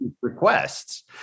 requests